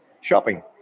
shopping